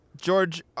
George